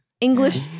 English